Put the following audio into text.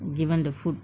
given the food